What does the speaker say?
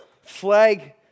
flag